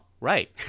right